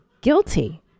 guilty